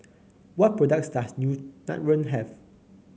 what products does Nutren have